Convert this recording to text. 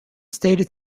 stated